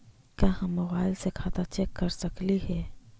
का हम मोबाईल से खाता चेक कर सकली हे?